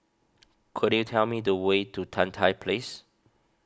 could you tell me the way to Tan Tye Place